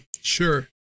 Sure